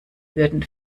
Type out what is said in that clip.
würden